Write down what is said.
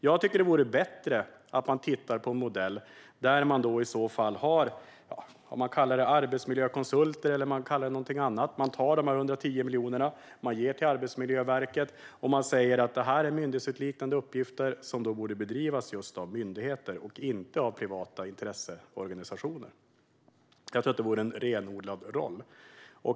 Jag tycker att det vore bättre att man tittar på en modell med arbetsmiljökonsulter, eller om man kallar det någonting annat, och ger de 110 miljonerna till Arbetsmiljöverket och säger att det här är myndighetsutövandeliknande som borde bedrivas just av myndigheter och inte av privata intresseorganisationer. Det vore en renodlad roll.